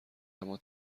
اما